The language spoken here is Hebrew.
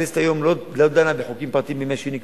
הכנסת לא דנה בחוקים פרטיים בימי שני,